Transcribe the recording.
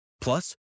Plus